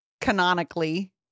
canonically